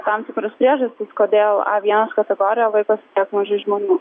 tam tikros priežastys kodėl a vienas kategoriją laikosi tiek mažai žmonių